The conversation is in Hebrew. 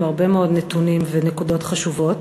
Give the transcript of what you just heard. עם הרבה מאוד נתונים ונקודות חשובות,